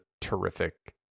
terrific